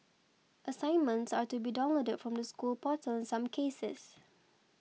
assignments are to be downloaded from the school portal in some cases